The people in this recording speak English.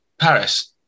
Paris